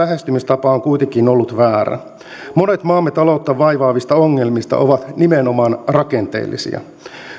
lähestymistapa on kuitenkin ollut väärä monet maamme taloutta vaivaavista ongelmista ovat nimenomaan rakenteellisia